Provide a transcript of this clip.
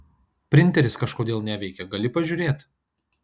printeris kažkodėl neveikia gali pažiūrėt